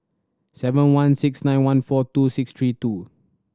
seven one six nine one four two six three two